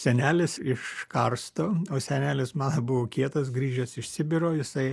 senelis iš karsto o senelis man buvo kietas grįžęs iš sibiro jisai